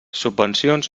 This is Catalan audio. subvencions